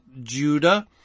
Judah